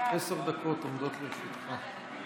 עשר דקות עומדות לרשותך.